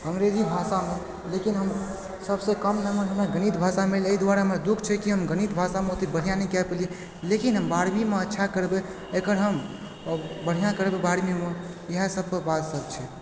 अंग्रेजी भाषामे लेकिन हम सभसँ कम नम्बर हमरा गणित भाषामे एलए एहि दुआरे हमरा दुःख छै की हम गणित भाषामे ओतए बढ़िआँ नहि कए पेलियै लेकिन हम बारहवींमे अच्छा करबै अखन हम बढ़िआँ करबै बारहवींमे इएह सभपे बात सभ छै